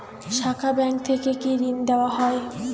শাখা ব্যাংক থেকে কি ঋণ দেওয়া হয়?